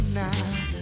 now